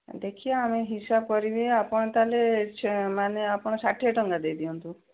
ଦେଖିବା ଆମେ ହିସାବ କରିବା ଆପଣ ତା'ହେଲେ ମାନେ ଆପଣ ଷାଠିଏ ଟଙ୍କା ଦେଇଦିଅନ୍ତୁ